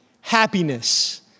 happiness